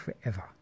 forever